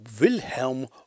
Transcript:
Wilhelm